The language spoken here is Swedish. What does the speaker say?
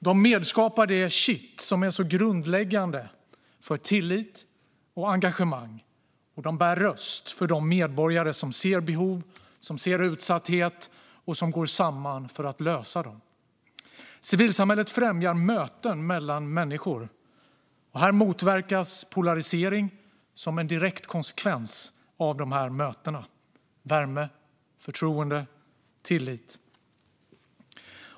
De medskapar det kitt som är så grundläggande för tillit och engagemang, och de bär röst för de medborgare som ser behov och utsatthet och som går samman för att lösa dem. Civilsamhället främjar möten mellan människor, och här motverkas polarisering som en direkt konsekvens av de här mötena med värme, förtroende och tillit.